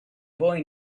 boy